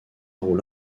rôle